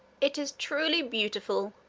it is truly beautiful,